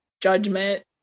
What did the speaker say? judgment